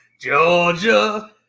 Georgia